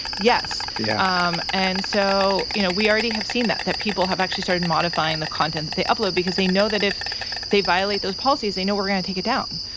yes. yeah um and so, you know, we already have seen that, that people have actually started modifying the content that they upload. because they know that if they violate those policies, they know we're gonna take it down.